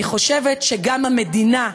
אני חושבת שגם המדינה,